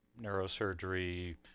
neurosurgery